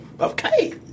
okay